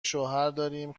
شوهرداریم